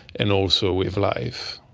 and also with life.